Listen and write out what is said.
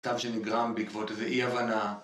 סתם שנגרם בעקבות איזו אי הבנה